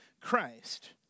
Christ